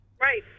Right